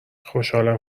خوشحالم